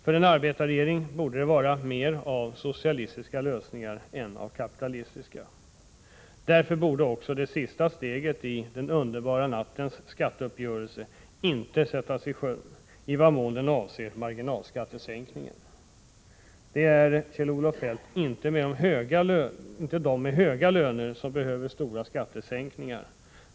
För en arbetarregering borde det vara mer av socialistiska lösningar än av kapitalistiska. Därför borde också det sista steget i ”den underbara nattens” skatteuppgörelse inte sättas i sjön i vad mån uppgörelsen avser marginalskattesänkningen. Det är, Kjell-Olof Feldt, inte de med höga löner som behöver stora skattesänkningar.